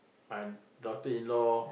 my daughter-in-law